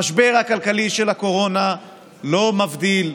המשבר הכלכלי של הקורונה לא מבדיל,